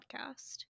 podcast